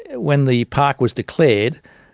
when the park was declared,